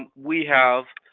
we have